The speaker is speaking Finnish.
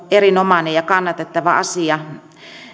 erinomainen ja kannatettava asia